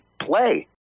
play